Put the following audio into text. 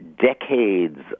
decades